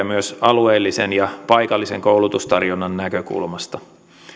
myös alueellisen ja paikallisen koulutustarjonnan näkökulmasta